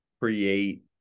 create